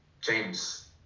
James